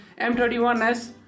M31s